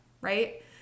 right